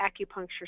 acupuncture